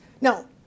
Now